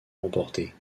remportés